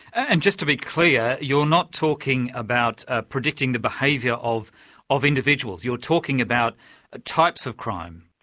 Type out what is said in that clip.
and just to be clear, you're not talking about ah predicting the behaviour of of individuals, you're talking about ah types of crime.